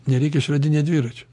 nereikia išradinėt dviračio